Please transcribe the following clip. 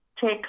take